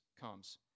comes